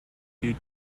due